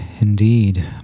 Indeed